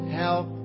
help